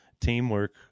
teamwork